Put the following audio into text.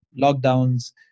lockdowns